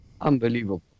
Unbelievable